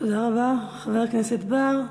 תודה רבה, חבר הכנסת בר.